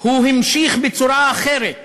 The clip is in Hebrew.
הוא נמשך בצורה אחרת,